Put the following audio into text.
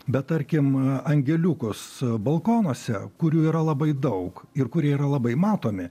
bet tarkim angeliukus balkonuose kurių yra labai daug ir kurie yra labai matomi